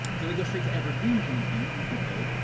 so they go straight to evergreen campaigns and that's okay.